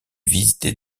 visités